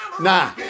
Nah